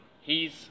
He's-